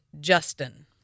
Justin